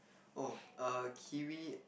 oh err kiwi